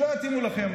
שלא יתאימו לכם.